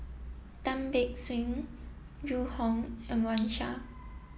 Tan Beng Swee Zhu Hong and Wang Sha